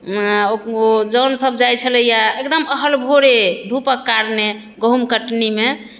जौन सभ जाइ छलैए एकदम अहल भोरे धूपक कारणे गहूम कटनीमे